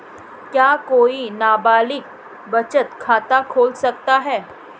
क्या कोई नाबालिग बचत खाता खोल सकता है?